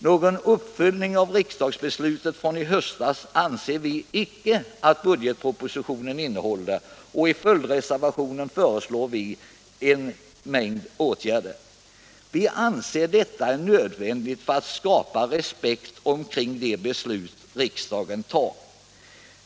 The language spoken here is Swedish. Någon uppföljning av riksdagens beslut i höstas anser vi inte att budgetpropositionen innehåller, och vi politiken politiken reservanter föreslår därför en mängd åtgärder. Det anser vi vara nödvändigt för att skapa respekt för de beslut som riksdagen fattar.